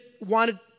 wanted